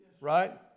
right